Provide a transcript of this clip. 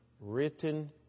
written